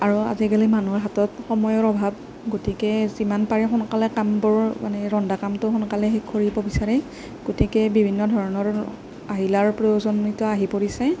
আৰু আজিকালি মানুহৰ হাতত সময়ৰ অভাৱ গতিকে যিমানপাৰে সোনকালে কামবোৰ মানে ৰন্ধা কামটো সোনকালে শেষ কৰিব বিচাৰে গতিকে বিভিন্ন ধৰণৰ আহিলাৰ প্ৰয়োজন এতিয়া আহি পৰিছে